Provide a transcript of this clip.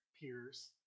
peers